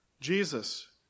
Jesus